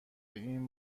این